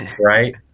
Right